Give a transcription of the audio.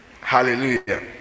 Hallelujah